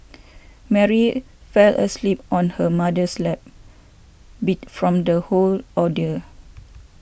Mary fell asleep on her mother's lap beat from the whole ordeal